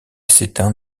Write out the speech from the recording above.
s’éteint